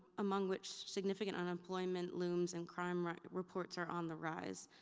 among which significant unemployment looms and crime reports are on the rise.